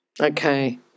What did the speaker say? Okay